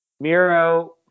Miro